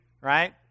right